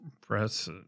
press